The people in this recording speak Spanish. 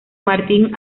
martín